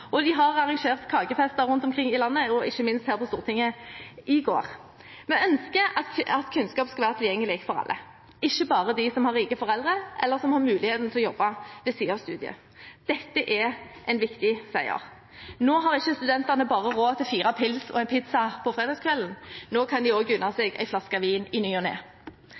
De har arrangert kakefester rundt omkring i landet, ikke minst her på Stortinget i går. Vi ønsker at kunnskap skal være tilgjengelig for alle, ikke bare for dem som har rike foreldre, eller som har muligheten til å jobbe ved siden av studiet. Dette er en viktig seier. Nå har ikke studentene bare råd til «fire pils og en pizza» på fredagskvelden. Nå kan de også unne seg «ei flaske vin i